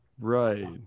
Right